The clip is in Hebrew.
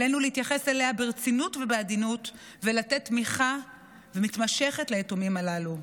עלינו להתייחס אליה ברצינות ובעדינות ולתת תמיכה מתמשכת ליתומים הללו.